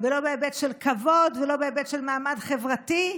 לא בהיבט של כבוד ולא בהיבט של מעמד חברתי,